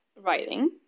writing